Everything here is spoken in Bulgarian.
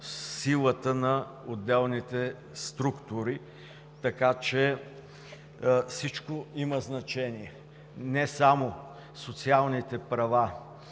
силата на отделните структури. Всичко има значение – не само социалните права,